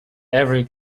every